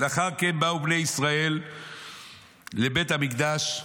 "לאחר כן באו בני ישראל לבית המקדש,